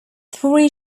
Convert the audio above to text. three